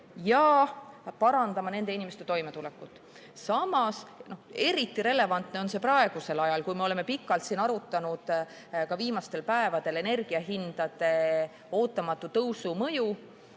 ja parandame nende inimeste toimetulekut. Samas, eriti relevantne on see praegusel ajal, kui me oleme pikalt ka viimastel päevadel arutanud energiahindade ootamatu tõusu mõju.